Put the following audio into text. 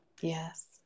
Yes